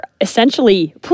essentially